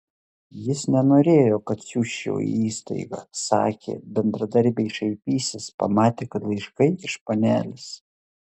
jis nenorėjo kad siųsčiau į įstaigą sakė bendradarbiai šaipysis pamatę kad laiškai iš panelės